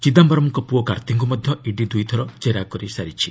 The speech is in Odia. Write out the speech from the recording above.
ଚିଦାମ୍ଘରମ୍ଙ୍କ ପୁଅ କାର୍ତ୍ତିଙ୍କୁ ମଧ୍ୟ ଇଡି ଦୁଇ ଥର କେରା କରିସାରିଛି